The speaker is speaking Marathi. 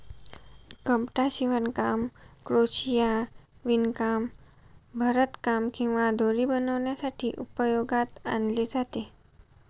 कपडा शिवणकाम, क्रोशिया, विणकाम, भरतकाम किंवा दोरी बनवण्यासाठी उपयोगात आणले जाते